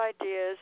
ideas